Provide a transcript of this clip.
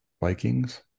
Vikings